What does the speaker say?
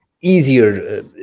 easier